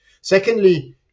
Secondly